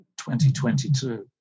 2022